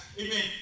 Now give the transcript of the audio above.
amen